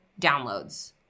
downloads